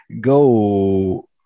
go